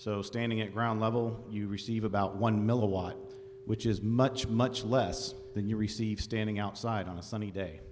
so standing at ground level you receive about one milliwatt which is much much less than you receive standing outside on a sunny day